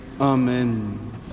Amen